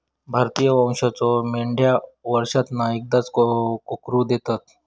भारतीय वंशाच्यो मेंढयो वर्षांतना एकदाच कोकरू देतत